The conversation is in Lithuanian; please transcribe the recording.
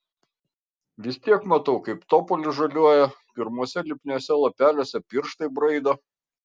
vis tiek matau kaip topolis žaliuoja pirmuose lipniuose lapeliuose pirštai braido